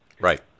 Right